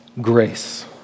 grace